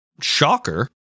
shocker